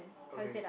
okay